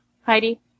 Heidi